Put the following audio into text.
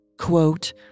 Quote